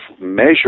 measure